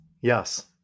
Yes